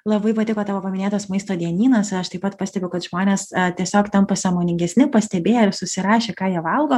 labai patiko tavo minėtas maisto dienynas aš taip pat pastebiu kad žmonės tiesiog tampa sąmoningesni pastebėję ir susirašę ką jie valgo